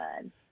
good